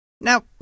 Now